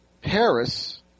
Paris